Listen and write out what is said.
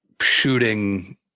shooting